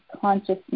consciousness